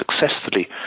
successfully